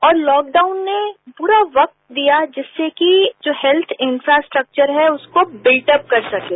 और लॉकडाउन ने पूरा वक्त दिया जिससे कि जो हैत्थ इंफ्रास्टक्चर है उसको बिल्डअप कर सकें